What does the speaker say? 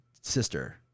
sister